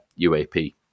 uap